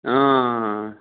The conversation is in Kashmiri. آ آ